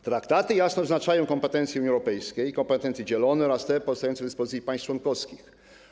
Traktaty jasno określają kompetencje Unii Europejskiej, kompetencje dzielone oraz te pozostające w dyspozycji państw członkowskich.